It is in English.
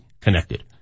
connected